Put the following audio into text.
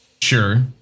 Sure